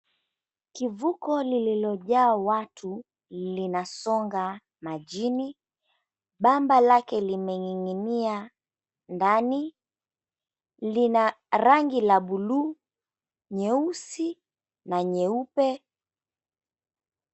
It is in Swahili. Kivuko lililojaa watu, linasonga majini, bamba lake limening'inia ndani, lina rangi la buluu , nyeusi na nyeupe.